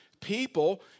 people